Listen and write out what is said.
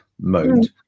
mode